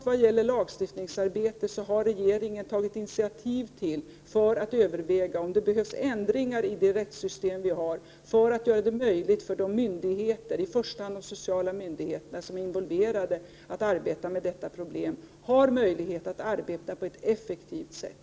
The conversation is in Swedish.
Vad gäller lagstiftningsarbete har regeringen tagit initiativ i syfte att överväga om det behövs ändringar i rättssystemet för att göra det möjligt för de myndigheter — i första hand de sociala myndigheterna —- som är involverade i och arbetar med detta problem att arbeta på ett effektivt sätt.